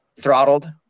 throttled